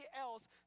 else